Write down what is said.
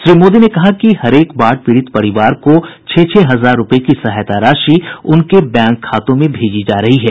श्री मोदी ने कहा कि हरेक बाढ़ पीड़ित परिवार को छह छह हजार रूपये की सहायता राशि उनके बैंक खातों में भेजी जा रही है